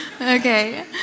Okay